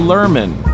Lerman